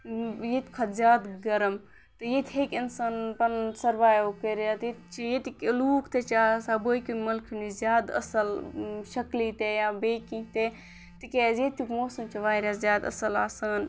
ییٚتہِ کھۄتہٕ زیادٕ گَرَم تہٕ ییٚتہِ ہیٚکہِ اِنسان پَنُن سٔروایِو کٔرِتھ ییٚتہِ چھِ ییٚتِکۍ لُکھ تہِ چھِ آسان باقیو مُلکو نِش زیادٕ اَصٕل شَکلہِ تہِ یا بیٚیہِ کینٛہہ تہِ تِکیٛازِ ییٚتیُک موسم چھِ واریاہ زیادٕ اَصٕل آسان